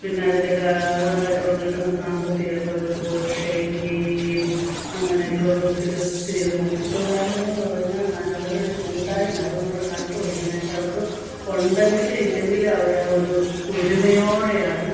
പിന്നെ അതിൻ്റെ കാ അവർക്കു കിട്ടുന്ന സാമ്പത്തികം ഒക്കെ അവരൊരു പോലെ ഷെയർ ചെയ്യുകയും അങ്ങനെയൊക്കെ ഉള്ള ഒത്തിരിയൊത്തിരി ഇത് മത്സ്യത്തൊഴിലാളികളെന്നു പറഞ്ഞാൽ ന അവരുടെ ഒരു കൂട്ടായ്മയാണ് അത് നമ്മൾ കണ്ടു പഠിക്കണം എന്നു വെച്ചാൽ അവർക്ക് ഉണ്ടെങ്കിലും ഇല്ലെങ്കിലും അവരാ ഒരു ഒരുമയോടെയാണ്